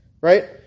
Right